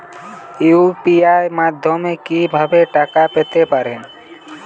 UPI মাধ্যমে কি ভাবে টাকা পেতে পারেন?